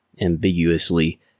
ambiguously